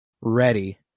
ready